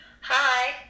Hi